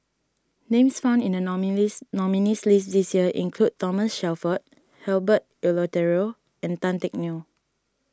names found in the nominees nominees' list this year include Thomas Shelford Herbert Eleuterio and Tan Teck Neo